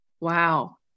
Wow